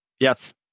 yes